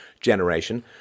generation